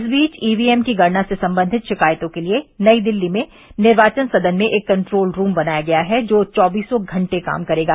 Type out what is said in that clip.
इस बीच E V M की गणना से संबंधित शिकायतों के लिए नई दिल्ली में निर्वाचन सदन में एक कंट्रोल रूम बनाया गया है जो चौबीसों घंटे काम करेगा